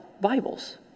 Bibles